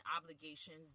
obligations